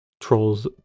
Trolls